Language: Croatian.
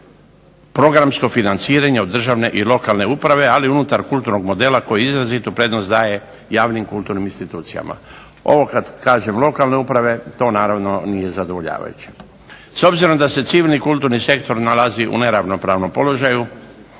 programsko financiranje od državne i lokalne uprave, ali unutar kulturnog modela koji izrazitu prednost daje javnim kulturnim institucijama. Ovo kad kažem lokalne uprave, to naravno nije zadovoljavajuće. S obzirom da se civilni i kulturni sektor nalazi u neravnopravnom položaju,